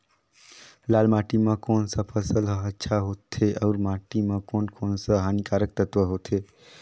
लाल माटी मां कोन सा फसल ह अच्छा होथे अउर माटी म कोन कोन स हानिकारक तत्व होथे?